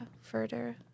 further